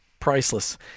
priceless